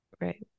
Right